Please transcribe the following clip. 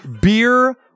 beer